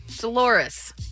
Dolores